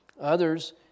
Others